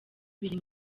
biri